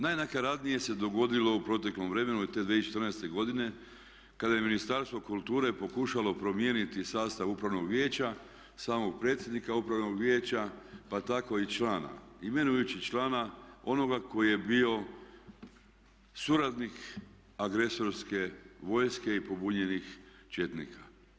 Najnakaradnije se dogodilo u proteklom vremenu te 2014. godine kada je Ministarstvo kulture pokušalo promijeniti sastav upravnog vijeća, samog predsjednika upravnog vijeća, pa tako i člana, imenujući člana onoga tko je bio suradnik agresorske vojske i pobunjenih četnika.